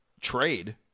trade